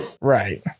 Right